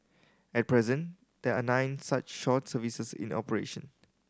at present there are nine such short services in the operation